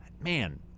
man